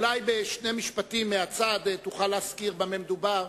אולי בשני משפטים מהצד תוכל להזכיר במה מדובר,